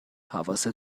حواست